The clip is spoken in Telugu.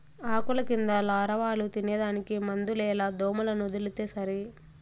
ఆకుల కింద లారవాలు తినేదానికి మందులేల దోమలనొదిలితే సరి